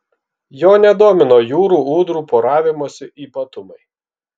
jo nedomino jūrų ūdrų poravimosi ypatumai